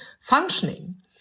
functioning